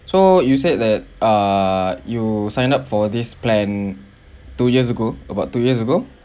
so you said that err you signed up for this plan two years ago about two years ago